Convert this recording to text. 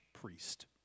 priest